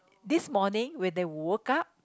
this morning when they woke up